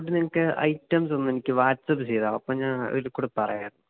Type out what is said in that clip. food നിങ്ങള്ക്ക് items ഒന്നെനിക്ക് WhatsApp ചെയ്യാമോ അപ്പോള് ഞാൻ ഇതില്ക്കൂടെ പറയാം